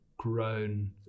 grown